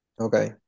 Okay